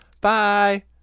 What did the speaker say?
Bye